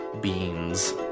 beans